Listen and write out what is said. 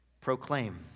Proclaim